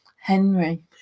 Henry